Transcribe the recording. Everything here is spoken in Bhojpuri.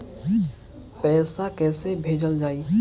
पैसा कैसे भेजल जाइ?